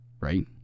right